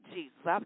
Jesus